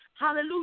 Hallelujah